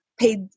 paid